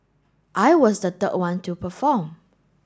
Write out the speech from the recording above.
I was the third one to perform